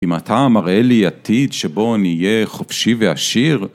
אם אתה מראה לי עתיד שבו אני אהיה חופשי ועשיר?